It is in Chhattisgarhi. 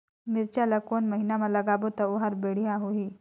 मिरचा ला कोन महीना मा लगाबो ता ओहार बेडिया होही?